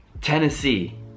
Tennessee